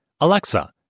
Alexa